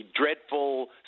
dreadful